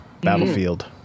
battlefield